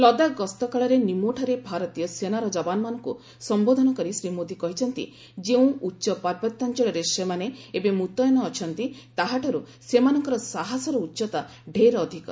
ଲଦାଖ୍ ଗସ୍ତ କାଳରେ ନିମୋଠାରେ ଭାରତୀୟ ସେନାର ଯବାନମାନଙ୍କୁ ସମ୍ବୋଧନ କରି ଶ୍ରୀ ମୋଦି କହିଛନ୍ତି ଯେଉଁ ଉଚ୍ଚ ପାର୍ବତ୍ୟାଞ୍ଚଳରେ ସେମାନେ ଏବେ ମୁତୟନ ଅଛନ୍ତି ତାହାଠାରୁ ସେମାନଙ୍କର ସାହସର ଉଚ୍ଚତା ଡେର୍ ଅଧିକ